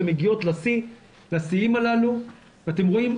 הן מגיעות לשיאים הללו ואתם רואים,